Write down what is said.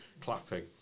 clapping